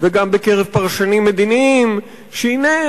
וגם בקרב פרשנים מדיניים שהנה,